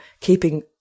keeping